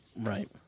Right